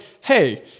Hey